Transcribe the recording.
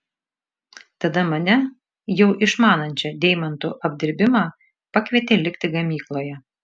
tada mane jau išmanančią deimantų apdirbimą pakvietė likti gamykloje